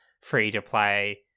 free-to-play